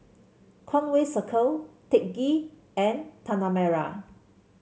Conway Circle Teck Ghee and Tanah Merah